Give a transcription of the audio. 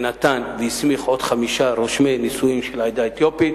שנתן והסמיך עוד חמישה רושמי נישואים של העדה האתיופית,